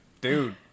dude